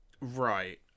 Right